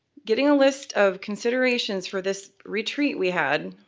getting a list of considerations for this retreat we had,